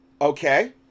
Okay